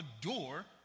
door